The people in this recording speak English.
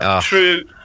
true